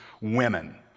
women